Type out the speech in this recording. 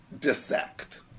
dissect